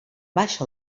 baixa